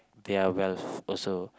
their wealth also